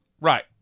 Right